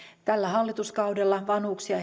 tällä hallituskaudella vanhuksia